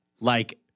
Like-